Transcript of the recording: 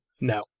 No